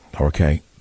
okay